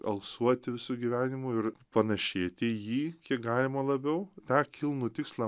alsuot visu gyvenimu ir panašėti į jį kiek galima labiau tą kilnų tikslą